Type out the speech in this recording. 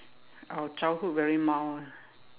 our childhood very mild ah